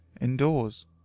indoors